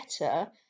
better